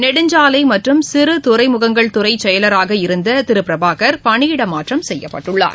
நெடுஞ்சாலை மற்றும் சிறு துறைமுகங்கள் துறை செயலராக இருந்த திரு பிரபாகர் பணியிட மாற்றம் செய்யப்பட்டுள்ளார்